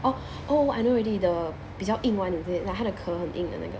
oh oh I know already the 比较硬 [one] is it 他的壳很硬的那个